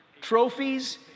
trophies